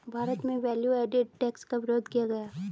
भारत में value added tax का विरोध किया गया